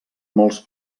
molts